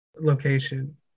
location